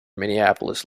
minneapolis